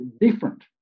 different